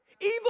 Evil